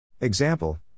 Example